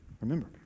remember